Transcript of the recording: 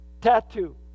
tattoo